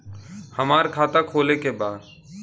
हमार खाता खोले के बा?